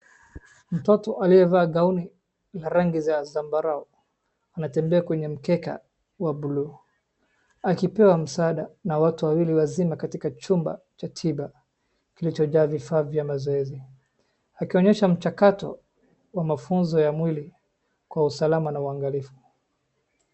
Mtoto aliyevaa gaoni la rangi za zambarau, anatembea kwenye mkeka wa buluu akipewa msaada na watu wawili wazima katika chumba cha tiba kilicho nyuma ya vifaa vya mazoezi, akionyesha mchakato wa maunzo ya mwili kwa usalama na uangalifu.